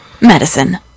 medicine